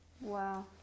Wow